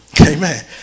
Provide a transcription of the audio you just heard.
Amen